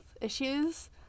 issues